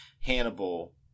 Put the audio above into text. Hannibal